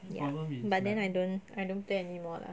ya but then I don't I don't play anymore lah